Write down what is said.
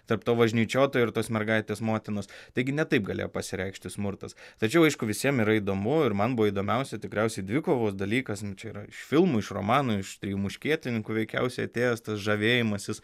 tarp to važnyčiotojo ir tos mergaitės motinos taigi net taip galėjo pasireikšti smurtas tačiau aišku visiem yra įdomu ir man buvo įdomiausia tikriausiai dvikovos dalykas čia yra iš filmų iš romanų iš trijų muškietininkų veikiausiai atėjęs tas žavėjimasis